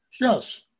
Yes